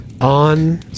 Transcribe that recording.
on